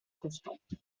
constante